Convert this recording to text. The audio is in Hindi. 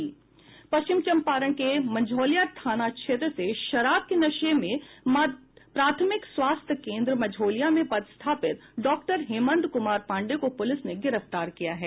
पश्चिम चम्पारण जिले के मझौलिया थाना क्षेत्र से शराब के नशे में प्राथमिक स्वास्थ्य केंद्र मझौलिया में पदस्थापित डॉ हेमंत कुमार पांडेय को पुलिस ने गिरफ्तार किया है